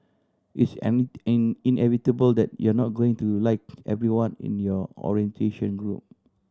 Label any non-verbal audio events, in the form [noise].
it's [unintelligible] in inevitable that you're not going to like everyone in your orientation group